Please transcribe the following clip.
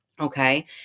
Okay